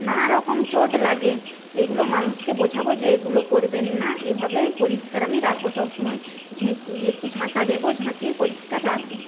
নানারকম চোট লাগে এগুলো মানুষকে বোঝাবো যে এগুলো করবেন না এভাবে পরিষ্কার আমি রাখবো সবসময় ঝেঁ একটু ঝাঁটা দেবো ঝাঁটিয়ে পরিষ্কার রাখবো